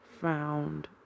found